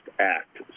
act